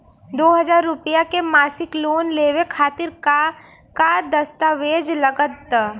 दो हज़ार रुपया के मासिक लोन लेवे खातिर का का दस्तावेजऽ लग त?